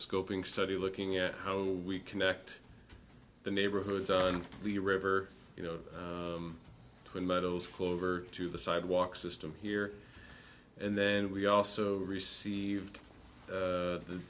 scoping study looking at how we connect the neighborhoods on the river you know when models clover to the sidewalk system here and then we also received